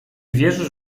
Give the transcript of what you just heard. wierzysz